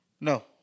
No